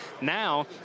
Now